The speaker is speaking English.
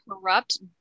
corrupt